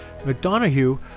McDonough